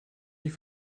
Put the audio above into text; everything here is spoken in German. die